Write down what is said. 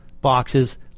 boxes